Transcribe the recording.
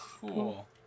Cool